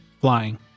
flying